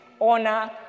honor